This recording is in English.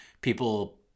people